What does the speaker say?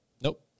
Nope